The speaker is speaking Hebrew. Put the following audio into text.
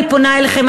אני פונה אליכן,